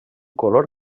color